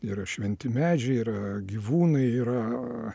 yra šventi medžiai yra gyvūnai yra